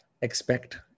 Expect